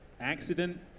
accident